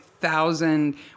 thousand